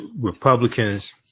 Republicans